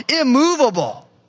immovable